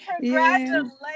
congratulations